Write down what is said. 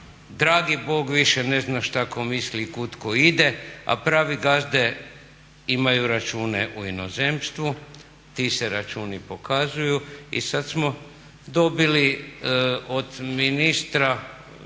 dragi bog više ne zna šta tko misli i kud tko ide, a pravi gazde imaju račune u inozemstvu. Ti se računi pokazuju. I sad smo dobili od ministra